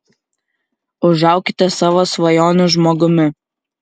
užaukite savo svajonių žmogumi